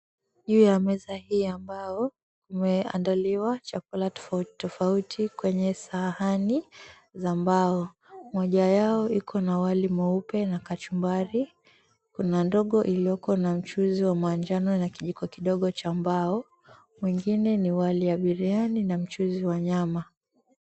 Juu ya meza hii ambao imeandaliwa chakula tofauti tofauti kwenye sahani za mbao. Moja yao iko na wali mweupe na kachumbari, kuna ndogo ilioko na mchuzi wa manjano na kijiko kidogo cha mbao, mwengine ni wali ya biriani na mchuzi wa nyama.